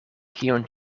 kion